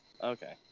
okay